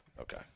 Okay